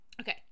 Okay